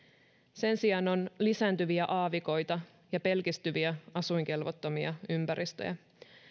sen sijaan on lisääntyviä aavikoita ja pelkistyviä asuinkelvottomia ympäristöjä